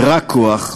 ורק כוח,